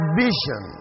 vision